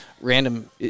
random